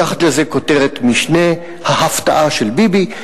מתחת לזה יש כותרת משנה: "ההפתעה של ביבי".